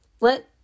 let